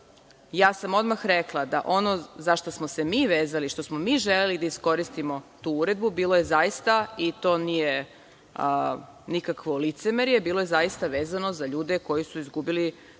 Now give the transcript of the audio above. odmah sam rekla da ono za šta smo se mi vezali, što smo mi želeli da iskoristimo tu uredbu, bilo je zaista, i to nije nikakvo licemerje, bilo je zaista vezano za ljude koji su izgubili